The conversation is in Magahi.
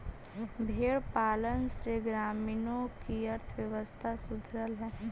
भेंड़ पालन से ग्रामीणों की अर्थव्यवस्था सुधरअ हई